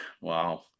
wow